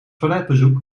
toiletbezoek